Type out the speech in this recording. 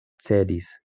cedis